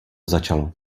začalo